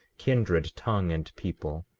kindred, tongue, and people.